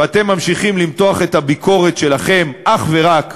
ואתם ממשיכים למתוח את הביקורת שלכם אך ורק,